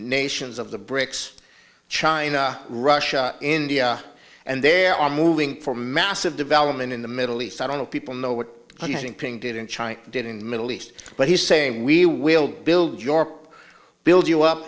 nations of the brics china russia india and there are moving for massive development in the middle east i don't know people know what he did in china did in middle east but he's saying we will build your build you up